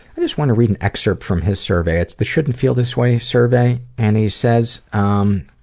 i just want to read an excerpt from his survey, it's the shouldn't feel this way survey and he says, um,